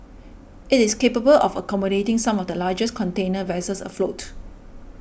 it is capable of accommodating some of the largest container vessels afloat